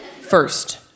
First